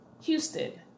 Houston